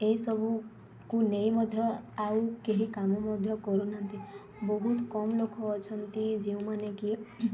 ଏଇସବୁକୁ ନେଇ ମଧ୍ୟ ଆଉ କେହି କାମ ମଧ୍ୟ କରୁନାହାନ୍ତି ବହୁତ କମ୍ ଲୋକ ଅଛନ୍ତି ଯେଉଁମାନେ କି